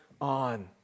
on